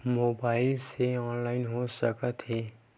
Mobile से online हो सकत हे?